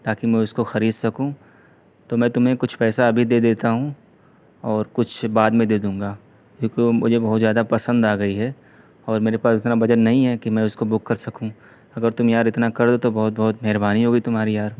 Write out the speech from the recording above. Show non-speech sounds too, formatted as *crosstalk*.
تاکہ میں اس کو خرید سکوں تو میں تمہیں کچھ پیسہ ابھی دے دیتا ہوں اور کچھ بعد میں دے دوں گا *unintelligible* مجھے بہت زیادہ پسند آ گئی ہے اور میرے پاس اتنا بجت نہیں ہیں کہ میں اس کو بک کر سکوں اگر تم یار اتنا کر دو تو بہت بہت مہربانی ہوگی تمہاری یار